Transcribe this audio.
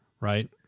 Right